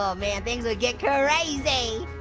ah man, things would get crazy.